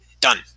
Done